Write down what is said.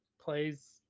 plays